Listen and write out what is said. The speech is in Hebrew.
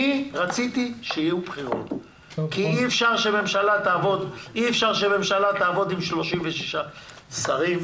אי אפשר שהממשלה תעבוד עם 36 שרים.